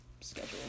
schedule